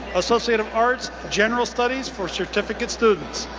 associate of arts, general studies for certificate students.